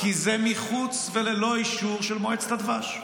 כי זה מחוץ וללא אישור של מועצת הדבש.